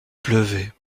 pleuvait